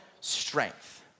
strength